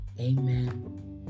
Amen